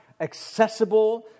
accessible